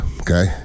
okay